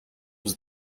was